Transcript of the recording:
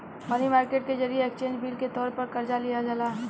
मनी market के जरिए exchange bill के तौर पर कर्जा लिहल जाला